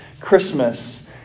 Christmas